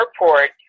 airport